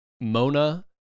Mona